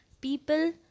people